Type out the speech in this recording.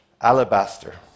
alabaster